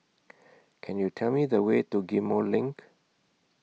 Can YOU Tell Me The Way to Ghim Moh LINK